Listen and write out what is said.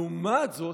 לעומת זאת,